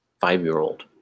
five-year-old